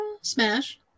Smash